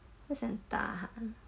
很想打她